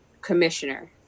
commissioner